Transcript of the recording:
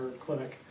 clinic